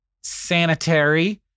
sanitary